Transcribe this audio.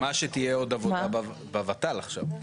את מסכימה שתהיה עוד עבודה בוות"ל עכשיו.